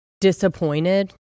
Disappointed